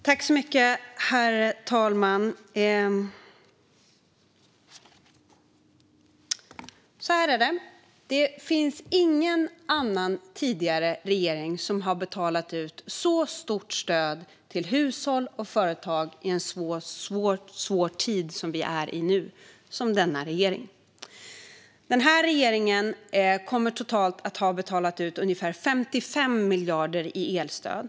Herr talman! Så här är det: Det finns ingen annan tidigare regering som har betalat ut så stort stöd till hushåll och företag i en så svår tid som nu som denna regering har gjort. Den här regeringen kommer att ha betalat ut totalt ungefär 55 miljarder i elstöd.